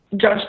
judge